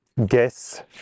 Guess